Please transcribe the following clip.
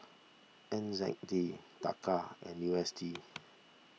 N Z D Taka and U S D